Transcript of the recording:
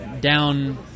down